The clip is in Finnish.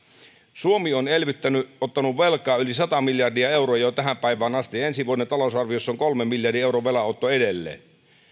suomi on elvyttänyt ottanut velkaa yli sata miljardia euroa jo tähän päivään asti ensi vuoden talousarviossa on kolmen miljardin euron velanotto edelleen